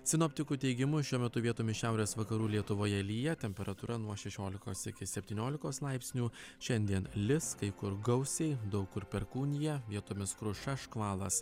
sinoptikų teigimu šiuo metu vietomis šiaurės vakarų lietuvoje lyja temperatūra nuo šešiolikos iki septyniolikos laipsnių šiandien lis kai kur gausiai daug kur perkūnija vietomis kruša škvalas